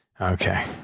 Okay